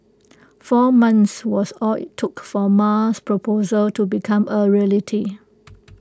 four months was all IT took for Ma's proposal to become A reality